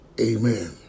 amen